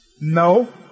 No